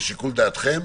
לשיקול דעתכם,